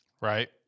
Right